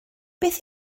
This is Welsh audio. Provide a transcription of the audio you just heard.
beth